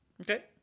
Okay